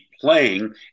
playing